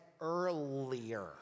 earlier